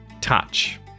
Touch